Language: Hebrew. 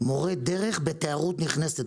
מורי דרך בתיירות נכנסת.